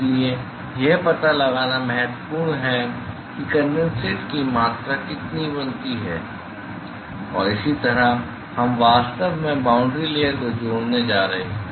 इसलिए यह पता लगाना महत्वपूर्ण है कि कंडेनसेट की मात्रा कितनी बनती है और इसी तरह हम वास्तव में बाउंड्री लेयर को जोड़ने जा रहे हैं